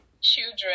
children